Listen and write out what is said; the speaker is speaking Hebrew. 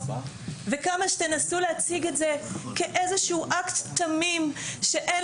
וכמה שתנסו להציג את זה כאיזשהו אקט תמים שאין